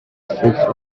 fixed